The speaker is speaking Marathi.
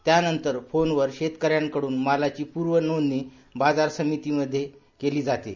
त्यानंतर फोनवर शेतकऱ्यांकड्रन मालाची प्रर्वनोंदणी बाजार समितीमध्ये केली जाते